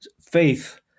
faith